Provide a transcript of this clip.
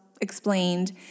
explained